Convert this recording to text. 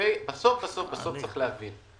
בסוף בסוף צריך להבין.